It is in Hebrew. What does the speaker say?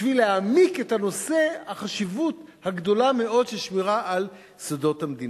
בשביל להעמיק את נושא החשיבות הגדולה מאוד של שמירה של סודות המדינה.